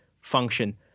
function